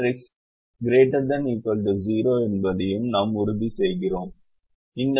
இந்த மேட்ரிக்ஸ் ≥ 0 என்பதையும் நாம் உறுதிசெய்கிறோம்